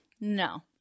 No